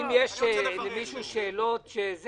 אני